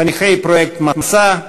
חניכי פרויקט "מסע",